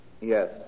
Yes